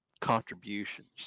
contributions